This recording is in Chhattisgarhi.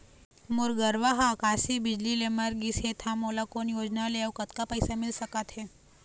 मोर गरवा हा आकसीय बिजली ले मर गिस हे था मोला कोन योजना ले अऊ कतक पैसा मिल सका थे?